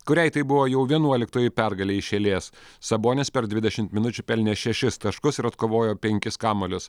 kuriai tai buvo jau vienuoliktoji pergalė iš eilės sabonis per dvidešimt minučių pelnė šešis taškus ir atkovojo penkis kamuolius